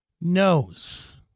knows